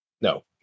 No